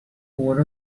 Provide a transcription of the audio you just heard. one